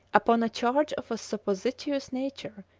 upon a charge of a supposititious nature,